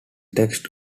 texts